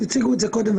הציגו את זה קודם,